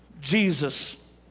Jesus